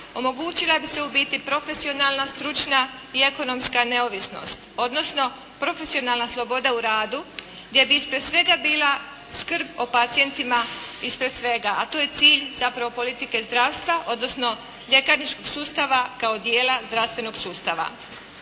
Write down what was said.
omogućila bi se u biti profesionalna, stručna i ekonomska neovisnost odnosno profesionalna sloboda u radu gdje bi ispred svega bila skrb o pacijentima ispred svega, a to je cilj zapravo politike zdravstva odnosno ljekarničkog sustava kao dijela zdravstvenog sustava.